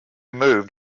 moved